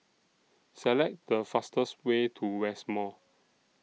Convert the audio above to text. Select The fastest Way to West Mall